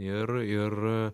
ir ir